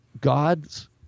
God's